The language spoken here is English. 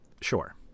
Sure